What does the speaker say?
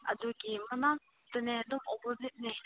ꯑꯗꯨꯒꯤ ꯃꯅꯥꯛꯇꯅꯦ ꯑꯗꯨꯝ ꯑꯣꯄꯣꯖꯤꯠꯅꯦ